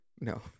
No